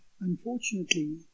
Unfortunately